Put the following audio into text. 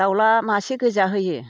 दाउज्ला मासे गोजा होयो